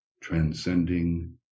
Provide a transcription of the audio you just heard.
transcending